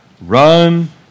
Run